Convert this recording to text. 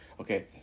Okay